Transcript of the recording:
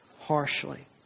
harshly